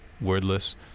wordless